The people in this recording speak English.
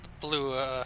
blue